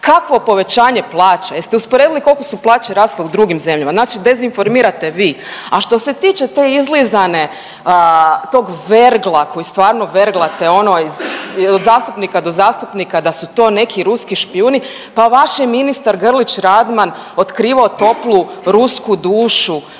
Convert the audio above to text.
Kakvo povećanje plaća, jeste usporedili koliko su plaće rasle u drugim zemljama, znači dezinformirate vi. A što se tiče te izlizane, tog vergla koji stvarno verglate ono iz, od zastupnika do zastupnika da su to neki ruski špijuni pa vaš je ministar Grlić Radman otkrivao toplu rusku dušu,